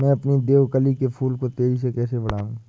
मैं अपने देवकली के फूल को तेजी से कैसे बढाऊं?